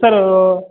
sir